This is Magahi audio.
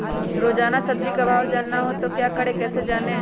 रोजाना सब्जी का भाव जानना हो तो क्या करें कैसे जाने?